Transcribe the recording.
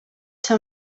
ser